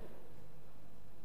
ואני יכול לומר לכם: